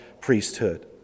priesthood